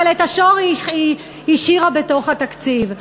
אבל את השור היא השאירה בתוך התקציב.